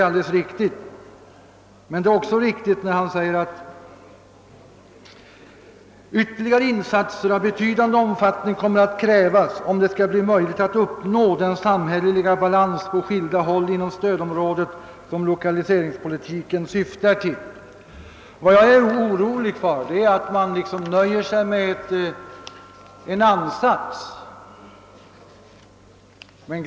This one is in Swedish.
Länsstyrelsen har på grund av reglerna om det kommunala planmonopolet också avslagit dispensansökan.